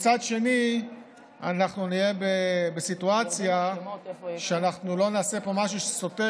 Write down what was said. מצד שני אנחנו נהיה בסיטואציה שאנחנו לא נעשה משהו שסוטה